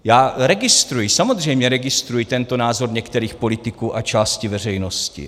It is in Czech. Já registruji, samozřejmě registruji tento názor některých politiků a části veřejnosti.